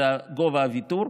זה גובה הוויתור,